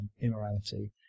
immorality